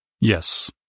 Yes